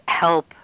help